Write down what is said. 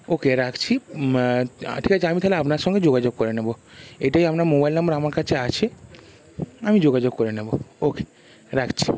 ওকে রাখছি ঠিক আছে আমি তাহলে আপনার সঙ্গে যোগাযোগ করে নেব এটাই আপনার মোবাইল নম্বর আমার কাছে আছে আমি যোগাযোগ করে নেব ওকে রাখছি